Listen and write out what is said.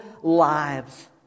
lives